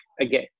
Again